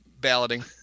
balloting